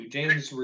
James